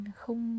không